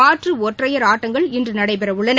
மாற்று ஒற்றையர் ஆட்டங்கள் இன்று நடைபெறவுள்ளன